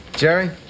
Jerry